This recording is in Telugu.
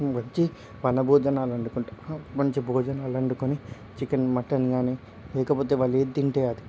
వచ్చి వనభోజనాలొండుకుంటాం మంచి భోజనాలు వండుకొని చికెన్ మటన్ గానీ లేకపోతే వాళ్ళు ఏది తింటే అది